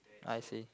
I see